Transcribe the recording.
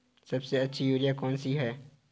सबसे अच्छी यूरिया कौन सी होती है?